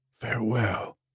Farewell